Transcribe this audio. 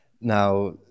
Now